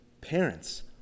Parents